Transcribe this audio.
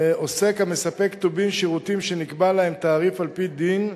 עוסק המספק טובין או שירותים שנקבע להם תעריף על-פי דין,